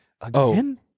Again